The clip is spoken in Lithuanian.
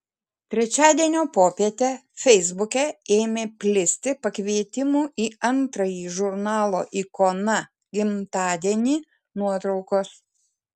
trečiadienio popietę feisbuke ėmė plisti pakvietimų į antrąjį žurnalo ikona gimtadienį nuotraukos